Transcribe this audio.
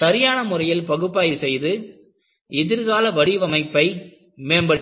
சரியான முறையில் பகுப்பாய்வு செய்து எதிர்கால வடிவமைப்பை மேம்படுத்தினர்